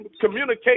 communicate